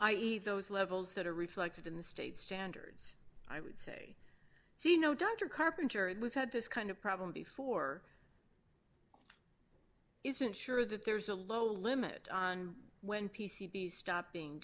eve those levels that are reflected in the state standards i would say see no doctor carpenter that we've had this kind of problem before isn't sure that there's a low limit on when p c b stop